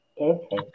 Okay